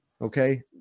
Okay